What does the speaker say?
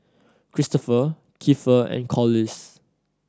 Christoper Keifer and Corliss